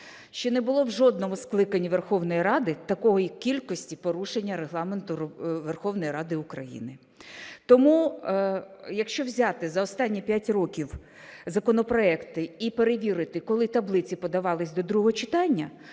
Ще не було в жодному скликанні Верховної Ради такої кількості порушення Регламенту Верховної Ради України. Тому, якщо взяти за останні 5 років законопроекти і перевірити, коли таблиці подавались до другого читання,